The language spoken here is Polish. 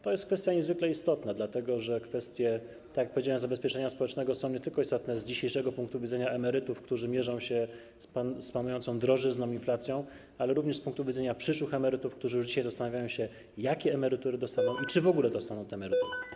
To jest kwestia niezwykle istotna, dlatego że kwestie, tak jak powiedziałem, zabezpieczenia społecznego są nie tylko istotne z dzisiejszego punktu widzenia emerytów, którzy mierzą się z panującą drożyzną, inflacją, ale również z punktu widzenia przyszłych emerytów, którzy już dzisiaj zastanawiają się, jakie emerytury dostaną i czy w ogóle dostaną te emerytury.